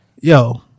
Yo